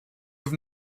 have